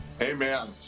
Amen